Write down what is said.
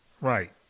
Right